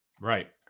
Right